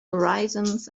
horizons